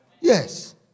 Yes